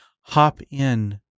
hop-in